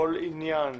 כל עניין